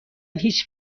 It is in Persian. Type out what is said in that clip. هیچ